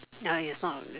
no it's not